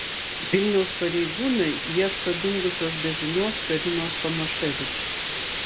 vilniaus pareigūnai ieško dingusios be žinios karinos tomaševič